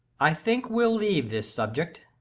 i think we'll leave this subject.